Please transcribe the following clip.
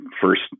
first